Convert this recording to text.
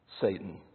Satan